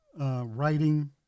writing